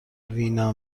وینا